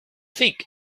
think